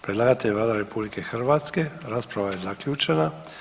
Predlagatelj je Vlada RH, rasprava je zaključena.